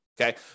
okay